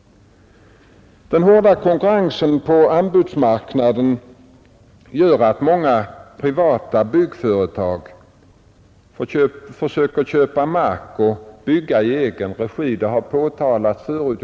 Den hårda konkurrensen på anbudsmarknaden gör att många privata byggföretag försöker köpa mark och bygga i egen regi. Det har påtalats förut.